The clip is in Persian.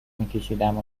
میکشیدم